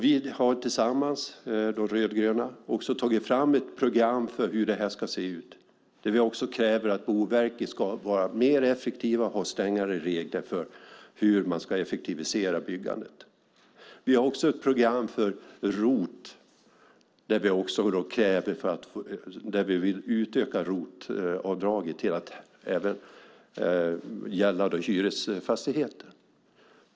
Vi i de rödgröna har också tagit fram ett program för hur det ska se ut, där vi också kräver att Boverket ska vara mer effektivt och ha strängare regler för hur man ska effektivisera byggandet. Vi har också ett program där vi vill utöka ROT-avdraget till att gälla även hyresfastigheter.